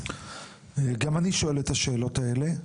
גם אני שואל את השאלות האלה.